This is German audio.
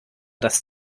das